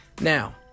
Now